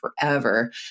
forever